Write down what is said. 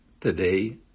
today